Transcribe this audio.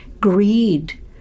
greed